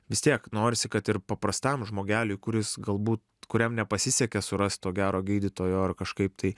vis tiek norisi kad ir paprastam žmogeliui kuris galbūt kuriam nepasisekė surast to gero gydytojo ar kažkaip tai